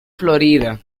florida